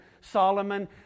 Solomon